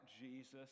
jesus